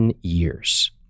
years